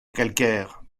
calcaire